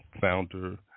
founder